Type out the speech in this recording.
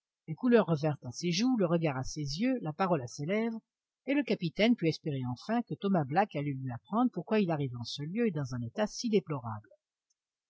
les couleurs revinrent à ses joues le regard à ses yeux la parole à ses lèvres et le capitaine put espérer enfin que thomas black allait lui apprendre pourquoi il arrivait en ce lieu et dans un état si déplorable